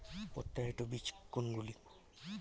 প্রত্যায়িত বীজ কোনগুলি?